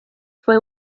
fue